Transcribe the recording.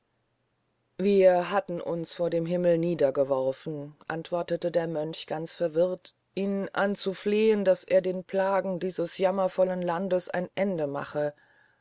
wir hatten uns vor dem himmel niedergeworfen antwortete der mönch ganz verwirrt ihn anzuflehn daß er den plagen dieses jammervollen landes ein ende mache